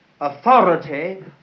authority